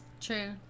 True